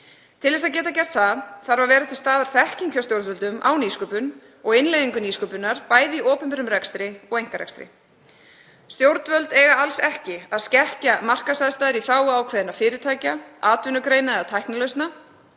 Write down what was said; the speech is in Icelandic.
Til þess að geta gert það þarf að vera til staðar þekking hjá stjórnvöldum á nýsköpun og innleiðingu nýsköpunar, bæði í opinberum rekstri og einkarekstri. Stjórnvöld eiga alls ekki að skekkja markaðsaðstæður í þágu ákveðinna fyrirtækja, atvinnugreina eða tæknilausna,